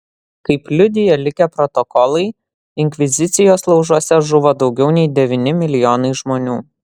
kaip liudija likę protokolai inkvizicijos laužuose žuvo daugiau nei devyni milijonai žmonių